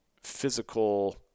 physical